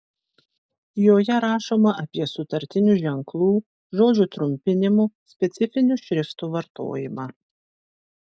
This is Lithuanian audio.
joje rašoma apie sutartinių ženklų žodžių trumpinimų specifinių šriftų vartojimą